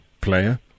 player